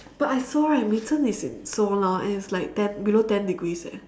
but I saw right Mei-Zhen is in Seoul now and it's like ten below ten degrees eh